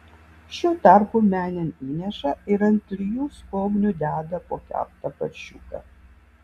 šiuo tarpu menėn įneša ir ant trijų skobnių deda po keptą paršiuką